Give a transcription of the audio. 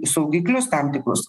saugiklius tam tikrus